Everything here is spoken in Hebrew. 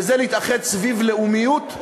וזה להתאחד סביב לאומיות,